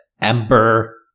ember